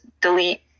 delete